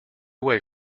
away